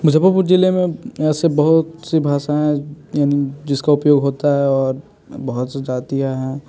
जबलपुर जिले में ऐसे बहुत सी भाषाएँ जिसका उपयोग होता है और बहुत सी जातियाँ हैं